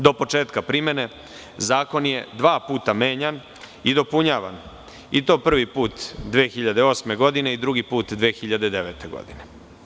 Do početka primene zakon je dva puta menjan i dopunjavan i to prvi put 2008. godine i drugi put 2009. godine.